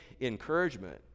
encouragement